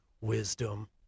wisdom